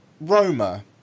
roma